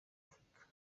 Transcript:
afurika